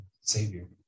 Savior